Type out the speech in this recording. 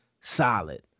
solid